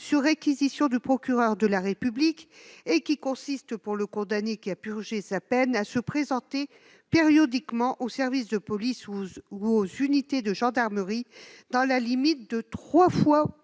sur réquisition du procureur de la République. En vertu de ces dispositions, le condamné qui a purgé sa peine doit « se présenter périodiquement aux services de police ou aux unités de gendarmerie, dans la limite de trois fois par